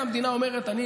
ממילא המדינה אומרת: אני,